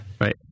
Right